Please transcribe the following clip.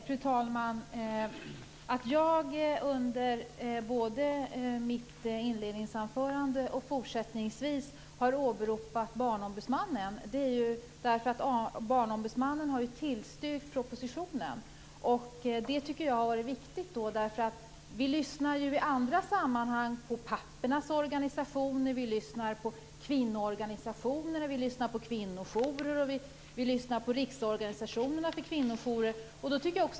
Fru talman! Att jag både under mitt inledningsanförande och fortsättningsvis har åberopat Barnombudsmannen beror på att Barnombudsmannen har tillstyrkt propositionen. Det har varit viktigt. I andra sammanhang lyssnar vi på pappornas organisationer, vi lyssnar på kvinnoorganisationer, vi lyssnar på kvinnojourer, vi lyssnar på riksorganisationerna för kvinnojourer.